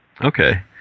Okay